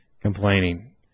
complaining